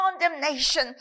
condemnation